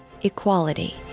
equality